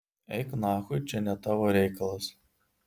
eik nachui čia ne tavo reikalas